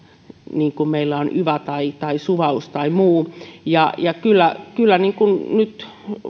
niin kuin meillä on yva tai tai suvaus tai muut ja kyllä kyllä nyt